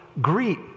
Greet